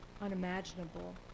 unimaginable